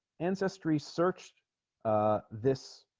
ancestry searched ah this